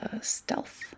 stealth